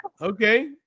okay